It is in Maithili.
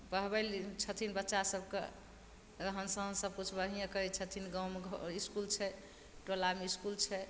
पढ़बय छथिन बच्चा सबके रहन सहन सबकिछु बढियें करय छथिन गाँवमे इसकुल छै टोलामे इसकुल छै